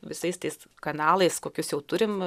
visais tais kanalais kokius jau turim